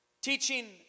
teaching